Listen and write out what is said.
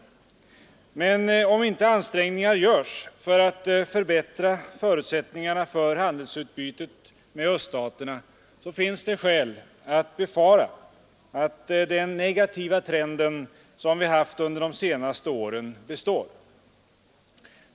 Men om inte ansträngningar görs för att förbättra förutsättningarna för handelsutbytet med öststaterna, finns det skäl att befara att den negativa trend som vi haft under de senaste åren kommer att bestå.